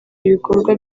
ibikorwa